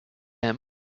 him